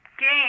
Game